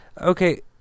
Okay